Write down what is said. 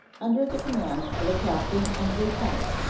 under the command of a captain and lieutenant,